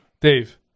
Dave